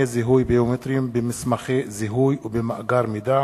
זיהוי ביומטריים במסמכי זיהוי ובמאגר מידע,